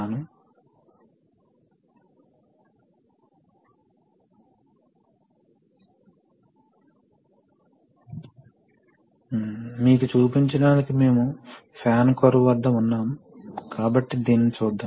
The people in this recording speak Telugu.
అది ఎందుకు అని నాకు తెలియదు ఏమైనా ఒక్క క్షణం ఇది బాగా పని చేస్తుంది